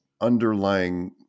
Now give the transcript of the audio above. underlying